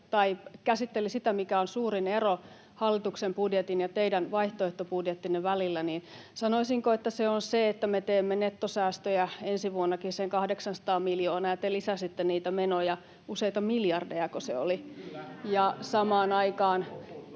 käsitteli sitä, mikä on suurin ero hallituksen budjetin ja teidän vaihtoehtobudjettinne välillä. Sanoisinko, että se on se, [Oikealta: Toteuttamiskelpoisuus!] että me teemme nettosäästöjä ensi vuonnakin sen 800 miljoonaa ja te lisäsitte niitä menoja, useita miljardejako se oli, [Oikealta: